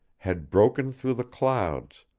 had broken through the clouds,